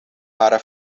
para